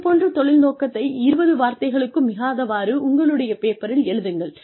இது போன்ற தொழில் நோக்கத்தை 20 வார்த்தைகளுக்கும் மிகாதவாறு உங்களுடைய பேப்பரில் எழுதுங்கள்